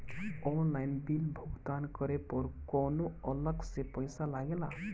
Online bill भुगतान करे पर कौनो अलग से पईसा लगेला?